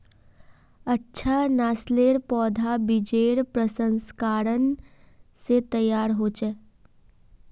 अच्छा नासलेर पौधा बिजेर प्रशंस्करण से तैयार होचे